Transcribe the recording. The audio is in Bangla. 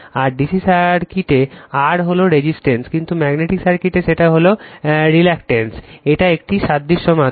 আর DC সার্কিটে R হল রেজিস্ট্যান্স কিন্তু ম্যাগনেটিক সার্কিটে সেটা হল রিলাক্টেন্স এটা একটা সাদৃশ্য মাত্র